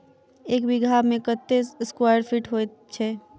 एक बीघा मे कत्ते स्क्वायर फीट होइत अछि?